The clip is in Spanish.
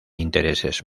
intereses